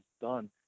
done